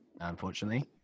unfortunately